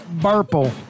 Purple